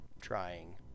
trying